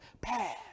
pass